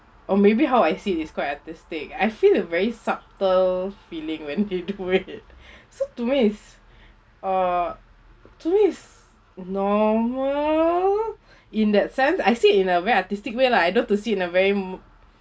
or maybe how I see it's quite artistic I feel a very subtle feeling when he do it so to me is uh to me is normal in that sense I see it in a very artistic way lah I know to see in a very